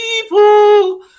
people